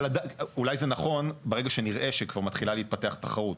אולי זה נכון ברגע שנראה שכבר מתחילה להתפתח תחרות.